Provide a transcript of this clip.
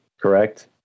Correct